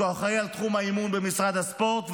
אחראי לתחום האימון במשרד הספורט,